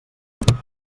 triar